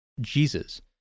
Jesus